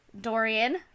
dorian